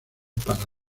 para